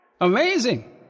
Amazing